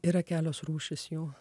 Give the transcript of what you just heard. yra kelios rūšys jų